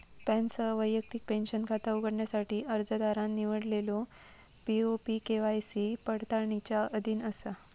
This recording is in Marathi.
पॅनसह वैयक्तिक पेंशन खाता उघडण्यासाठी अर्जदारान निवडलेलो पी.ओ.पी के.वाय.सी पडताळणीच्या अधीन असा